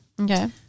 Okay